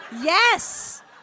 Yes